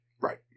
Right